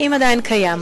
אם עדיין קיים